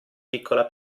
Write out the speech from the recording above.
piccola